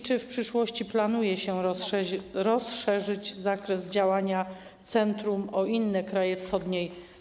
Czy w przyszłości planuje się rozszerzyć zakres działania centrum na inne kraje Europy Wschodniej?